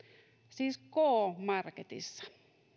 siis k marketissa